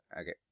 Okay